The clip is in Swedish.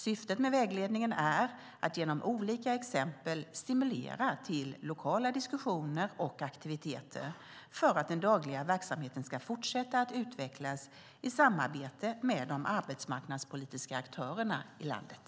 Syftet med vägledningen är att genom olika exempel stimulera till lokala diskussioner och aktiviteter, för att den dagliga verksamheten ska fortsätta att utvecklas i samarbete med de arbetsmarknadspolitiska aktörerna i landet.